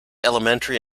elementary